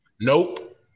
Nope